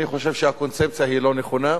אני חושב שהקונספציה היא לא נכונה,